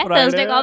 Thursday